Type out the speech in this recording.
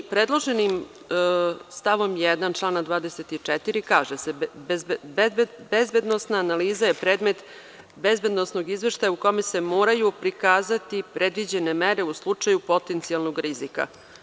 Predloženim stavom 1. člana 24. kaže se: „Bezbednosna analiza je predmet bezbednosnog izveštaja u kome se moraju prikazati predviđene mere u slučaju potencijalnog rizika“